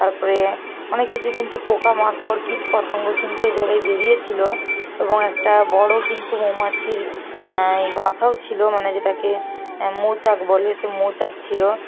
তারপরে অনেক কিছু কিন্তু পোকামাকড় কীটপতঙ্গ কিন্তু ওই জায়গায় বেরিয়েছিল এবং একটা বড়ো কিন্তু মৌমাছির এই বাসাও ছিল মানে যেটাকে মৌচাক বলে সে মৌচাক ছিল